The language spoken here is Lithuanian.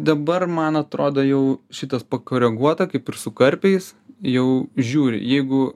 dabar man atrodo jau šitas pakoreguota kaip ir su karpiais jau žiūri jeigu